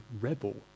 rebel